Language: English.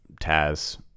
Taz